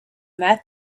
that